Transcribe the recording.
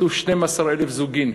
כתוב 12,000 זוגין,